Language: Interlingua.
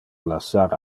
lassar